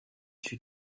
two